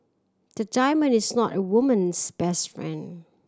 the diamond is not a woman's best friend